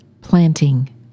planting